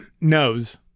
knows